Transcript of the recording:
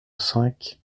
cinq